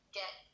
get